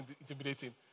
intimidating